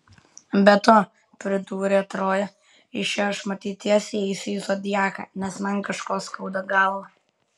be to pridūrė troja iš čia aš matyt tiesiai eisiu į zodiaką nes man kažko skauda galvą